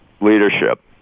Leadership